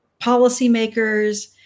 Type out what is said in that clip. policymakers